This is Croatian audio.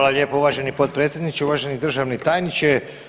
Hvala lijepo uvaženi potpredsjedniče, uvaženi državni tajniče.